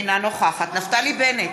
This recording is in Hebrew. אינה נוכחת נפתלי בנט,